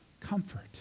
comfort